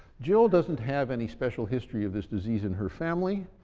jill doesn't have any special history of this disease in her family,